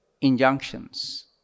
injunctions